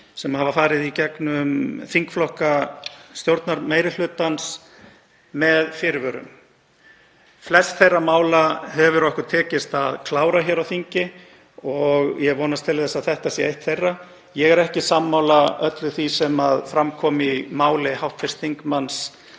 sem hafa farið í gegnum þingflokka stjórnarmeirihlutans með fyrirvörum. Flest þeirra mála hefur okkur tekist að klára hér á þingi og ég vonast til þess að þetta sé eitt þeirra. Ég er ekki sammála öllu því sem fram kom í máli 1. þm.